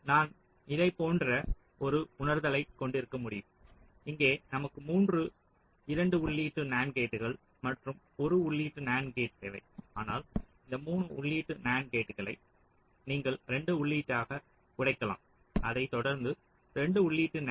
நான் இதைப் போன்ற ஒரு உணர்தலைக் கொண்டிருக்க முடியும் இங்கே நமக்கு மூன்று 2 உள்ளீட்டு NAND கேட்கள் மற்றும் ஒரு 3 உள்ளீட்டு NAND கேட் தேவை ஆனால் இந்த 3 உள்ளீட்டு NAND கேட்களை நீங்கள் 2 உள்ளீடாக உடைக்கலாம் அதைத் தொடர்ந்து 2 உள்ளீடு NAND